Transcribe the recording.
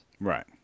Right